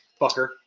Fucker